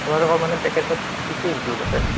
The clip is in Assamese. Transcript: আপোনালোকৰ মানে পেকেজত কি কি ইনক্লুড আছে